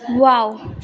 wow